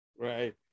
Right